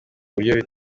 buryo